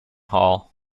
hall